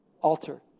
altar